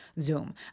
Zoom